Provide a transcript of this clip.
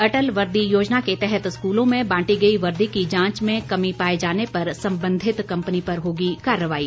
अटल वर्दी योजना के तहत स्कूलों में बांटी गई वर्दी की जांच में कमी पाए जाने पर संबंधित कम्पनी पर होगी कार्रवाई